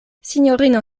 sinjorino